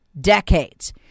decades